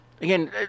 again